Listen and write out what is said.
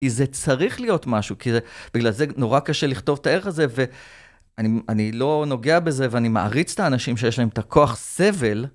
כי זה צריך להיות משהו, כי בגלל זה נורא קשה לכתוב את הערך הזה, ואני לא נוגע בזה, ואני מעריץ את האנשים שיש להם ת'כוח סבל.